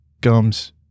gums